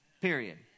period